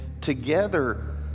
together